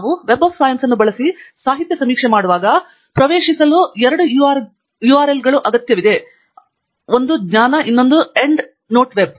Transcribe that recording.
ನಾವು web science ಅನ್ನು ಬಳಸಿ ಸಾಹಿತ್ಯ ಸಮೀಕ್ಷೆ ಮಾಡುವಾಗ ನಾವು ಪ್ರವೇಶಿಸಲು ಅಗತ್ಯವಿರುವ ಎರಡು URL ಗಳನ್ನು ಇಲ್ಲಿ ನೀಡಲಾಗಿದೆ ಜ್ಞಾನ ಮತ್ತು ಎಂಡ್ ನೋಟ್ ವೆಬ್